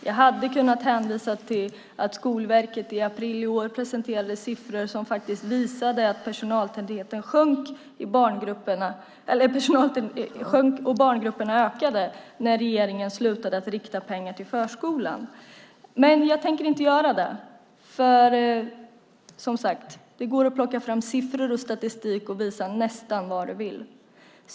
Jag hade kunnat hänvisa till att Skolverket i april i år presenterade siffror som faktiskt visade att personaltätheten minskade och barngruppernas storlek ökade när regeringen slutade att rikta pengar till förskolan. Men jag tänker inte göra det, för det går som sagt att plocka fram siffror och statistik och visa nästan vad man vill.